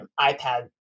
iPad